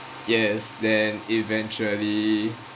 yes then eventually